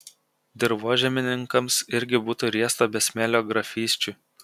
dirvožemininkams irgi būtų riesta be smėlio grafysčių